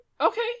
okay